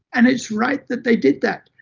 and it's right that they did that.